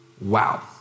Wow